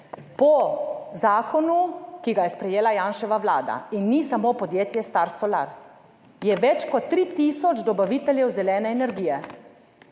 po zakonu, ki ga je sprejela Janševa vlada. In ni samo podjetje Star Solar, je več kot 3 tisoč dobaviteljev zelene energije.